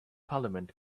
parliament